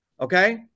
Okay